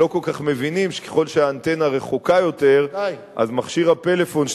ולא כל כך מבינים שככל שהאנטנה רחוקה יותר אז מכשיר הפלאפון,